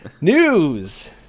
News